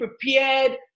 prepared